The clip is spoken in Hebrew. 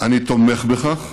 אני תומך בכך,